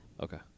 Okay